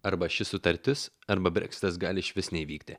arba ši sutartis arba breksitas gali išvis neįvykti